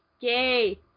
gay